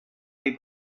dei